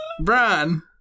Brian